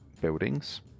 buildings